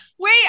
Wait